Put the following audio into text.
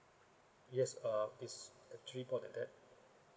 yes uh it's actually more than that